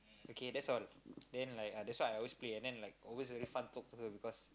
okay that's all then like ah that's why I always play and then like always very fun talk to her because